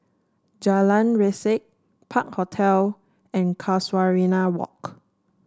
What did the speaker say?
Jalan Resak Park Hotel and Casuarina Walk